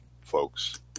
folks